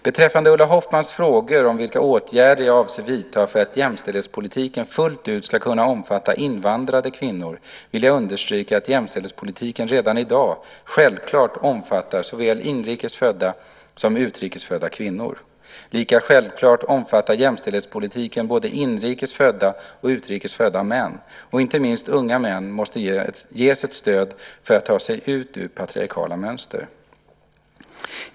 Beträffande Ulla Hoffmanns fråga om vilka åtgärder jag avser att vidta för att jämställdhetspolitiken fullt ut ska kunna omfatta invandrade kvinnor vill jag understryka att jämställdhetspolitiken redan i dag självklart omfattar såväl inrikes födda som utrikes födda kvinnor. Lika självklart omfattar jämställdhetspolitiken både inrikes födda och utrikes födda män, och inte minst unga män måste ges ett stöd för att ta sig ut ur patriarkala mönster.